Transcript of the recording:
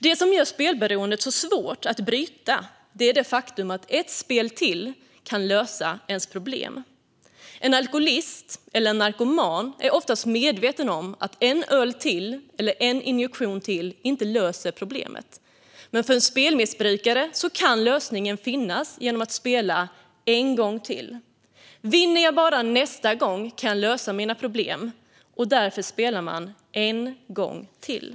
Det som gör spelberoendet så svårt att bryta är det faktum att ett spel till kan lösa ens problem. En alkoholist eller en narkoman är oftast medveten om att en öl till eller en injektion till inte löser problemet, men för en spelmissbrukare kan lösningen finnas i att spela en gång till: Vinner jag bara nästa gång kan jag lösa mina problem. Därför spelar man en gång till.